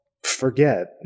Forget